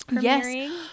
Yes